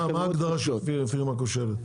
מה הגדרה של פירמה כושלת?